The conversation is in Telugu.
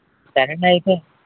సరేండి అయితే